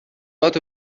هات